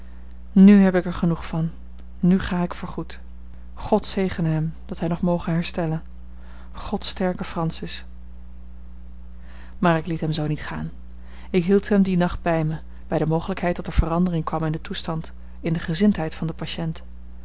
nù heb ik er genoeg van nu ga ik voor goed god zegene hem dat hij nog moge herstellen god sterke francis maar ik liet hem zoo niet gaan ik hield hem dien nacht bij mij bij de mogelijkheid dat er verandering kwam in den toestand in de gezindheid van den patiënt